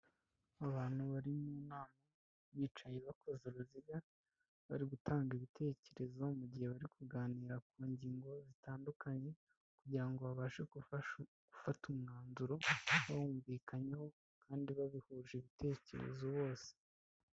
Abantu bari mu nama bicaye bakoze uruziga bari gutanga ibitekerezo mu gihe bari kuganira ku ngingo zitandukanye kugira ngo babashe gufata umwanzuro bawumvikanyeho kandi babihuje ibitekerezo bose.